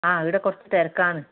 ആ ഇവിടെ കുറച്ച് തിരക്കാണ്